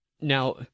Now